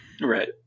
right